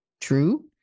True